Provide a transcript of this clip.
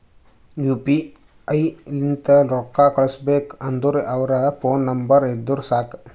you P I ಲಿಂತ್ ರೊಕ್ಕಾ ಕಳುಸ್ಬೇಕ್ ಅಂದುರ್ ಅವ್ರದ್ ಫೋನ್ ನಂಬರ್ ಇದ್ದುರ್ ಸಾಕ್